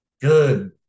Good